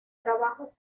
trabajos